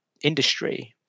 industry